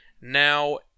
Now